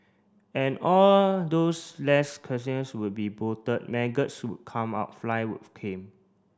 and all those less will be bloated maggots come out fly with came